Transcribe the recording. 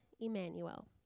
Emmanuel